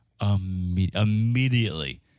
immediately